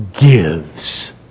gives